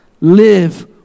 live